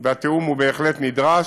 והתיאום בהחלט נדרש,